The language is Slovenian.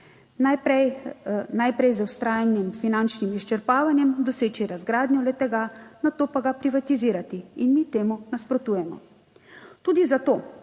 najprej z vztrajnim finančnim izčrpavanjem doseči razgradnjo le tega, nato pa ga privatizirati in mi temu nasprotujemo. Tudi zato,